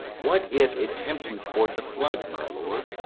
what if it tempt you toward the flood, my lord,